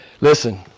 Listen